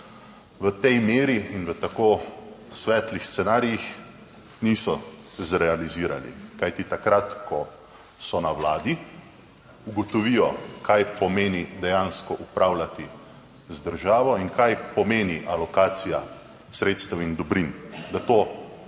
v tej meri in v tako svetlih scenarijih niso, realizirali, kajti takrat, ko so na vladi, ugotovijo kaj pomeni dejansko upravljati z državo in kaj pomeni alokacija sredstev in dobrin, da to